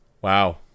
Wow